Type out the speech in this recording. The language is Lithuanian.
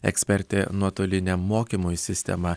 ekspertė nuotoliniam mokymui sistema